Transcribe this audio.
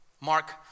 Mark